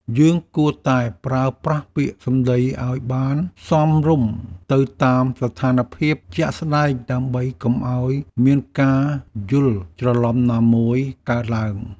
យើងគួរតែប្រើប្រាស់ពាក្យសម្តីឱ្យបានសមរម្យទៅតាមស្ថានភាពជាក់ស្តែងដើម្បីកុំឱ្យមានការយល់ច្រឡំណាមួយកើតឡើង។